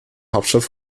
hauptstadt